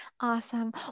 awesome